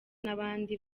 n’abandi